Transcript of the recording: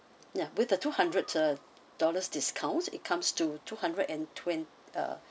ya with a two hundred uh dollars discount it comes to two hundred and twen~ uh